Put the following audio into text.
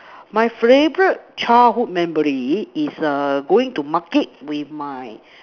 my favourite childhood memory is err going to Market with my